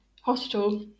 hospital